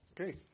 Okay